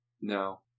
No